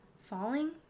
Falling